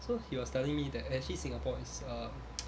so he was telling me that actually singapore is um